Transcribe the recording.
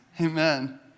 Amen